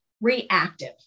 reactive